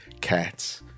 cats